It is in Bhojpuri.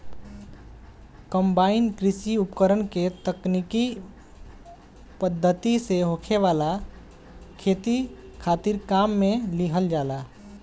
कंबाइन कृषि उपकरण के तकनीकी पद्धति से होखे वाला खेती खातिर काम में लिहल जाला